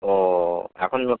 ও এখন নো